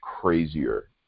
crazier